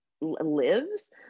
lives